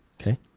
Okay